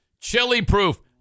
chili-proof